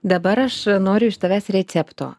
dabar aš noriu iš tavęs recepto